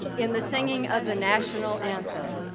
in the singing of the national anthem.